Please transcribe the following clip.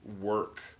work